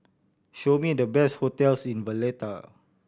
show me the best hotels in Valletta